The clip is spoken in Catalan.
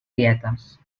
dietes